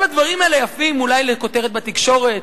כל הדברים האלה יפים אולי לכותרת בתקשורת,